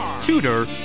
tutor